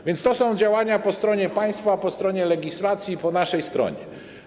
A więc to są działania po stronie państwa, po stronie legislacji, po naszej stronie.